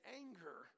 anger